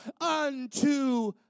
unto